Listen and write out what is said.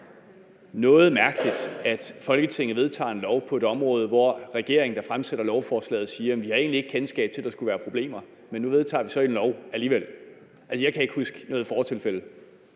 noget mærkeligt, at Folketinget vedtager et lovforslag på et området, hvor regeringen, der fremsætter lovforslaget, siger: Vi har egentlig ikke kendskab til, at der skulle være problemer, men nu vedtager vi så et lovforslag alligevel? Jeg kan ikke huske noget fortilfælde.